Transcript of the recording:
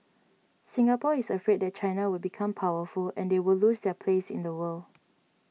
Singapore is afraid that China will become powerful and they will lose their place in the world